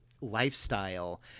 lifestyle